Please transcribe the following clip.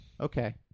Okay